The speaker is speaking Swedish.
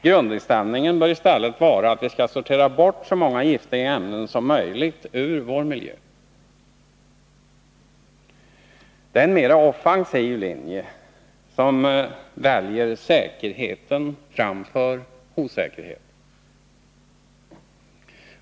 Grundinställningen bör i stället vara att vi skall sortera bort så många giftiga ämnen som möjligt ur vår miljö. Det är en mera offensiv linje, som väljer säkerheten framför osäkerheten.